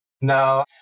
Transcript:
No